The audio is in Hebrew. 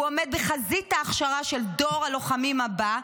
הוא עומד בחזית ההכשרה של דור הלוחמים הבא.